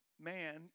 man